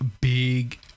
big